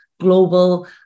global